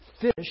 fish